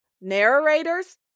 narrators